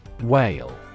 Whale